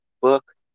book